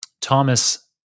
Thomas